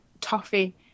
toffee